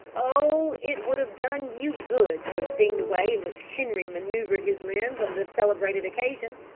oh! it would have done you good to have seen the way in which henri manoeuvred his limbs on this celebrated occasion!